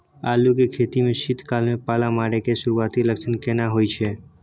आलू के खेती में शीत काल में पाला मारै के सुरूआती लक्षण केना होय छै?